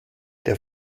der